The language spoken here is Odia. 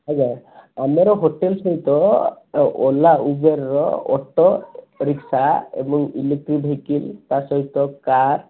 ଆଜ୍ଞା ଆମର ହୋଟେଲ୍ ସହିତ ଓଲା ଉବେରର ଅଟୋ ରିକ୍ସା ଏବଂ ଇଲେକ୍ଟ୍ରିକ୍ ଭେଇକିଲ୍ ତା ସହିତ କାର୍